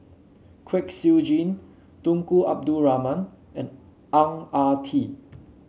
Kwek Siew Jin Tunku Abdul Rahman and Ang Ah Tee